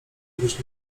być